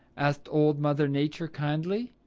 asked old mother nature kindly.